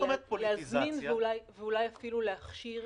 עלולים להזמין ואולי אפילו להכשיר